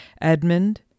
Edmund